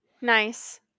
Nice